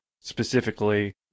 specifically